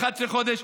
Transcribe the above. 11 חודש,